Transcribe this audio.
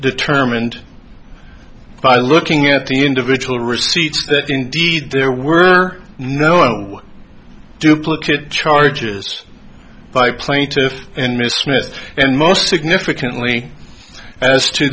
determined by looking at the individual receipts that indeed there were no duplicate charges by plaintiff in miss smith and most significantly as to